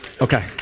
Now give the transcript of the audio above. Okay